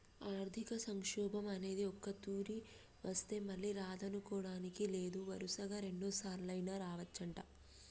ఆర్థిక సంక్షోభం అనేది ఒక్కతూరి వస్తే మళ్ళీ రాదనుకోడానికి లేదు వరుసగా రెండుసార్లైనా రావచ్చంట